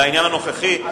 לעניין הנוכחי,